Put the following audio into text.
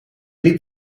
liep